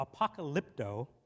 apocalypto